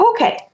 Okay